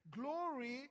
Glory